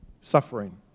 suffering